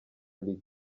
lick